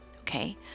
okay